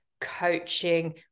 coaching